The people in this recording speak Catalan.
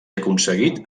aconseguit